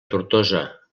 tortosa